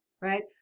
right